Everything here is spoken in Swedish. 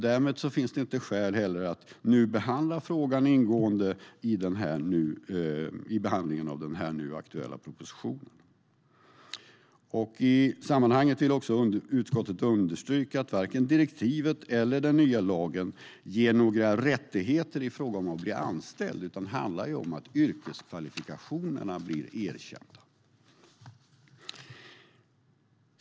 Därmed finns inte heller skäl till att nu behandla frågan ingående i samband med den aktuella propositionen. I sammanhanget vill utskottet också understryka att varken direktivet eller den nya lagen ger några rättigheter i fråga om att bli anställd, utan det handlar om att yrkeskvalifikationerna blir erkända.